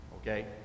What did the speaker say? okay